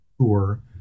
tour